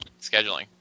scheduling